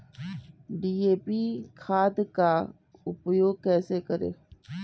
DAP खाद का उपयोग कैसे करें?